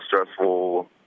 stressful